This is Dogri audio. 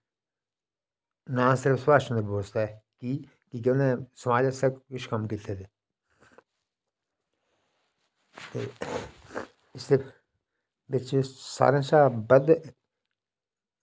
नमस्ते सुभाष चंद्र बोस दा की के उनें समाज आस्तै सब किश कम्म कीते दे ते इस्सै बिच सारें कशा बद्ध